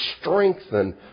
strengthen